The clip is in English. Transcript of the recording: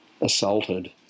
assaulted